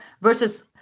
versus